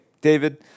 David